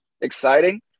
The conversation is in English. exciting